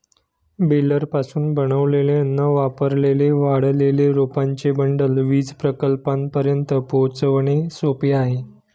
बेलरपासून बनवलेले न वापरलेले वाळलेले रोपांचे बंडल वीज प्रकल्पांपर्यंत पोहोचवणे सोपे आहे